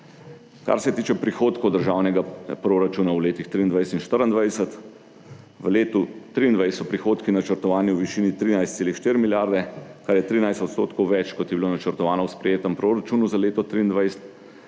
Kar se tiče prihodkov državnega proračuna v letih 2023, 2024. V letu 2023 prihodki načrtovani v višini 1,4 milijarde, kar je 13 % več kot je bilo načrtovano v sprejetem proračunu za leto 2023,